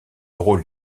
rôle